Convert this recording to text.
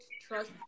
trust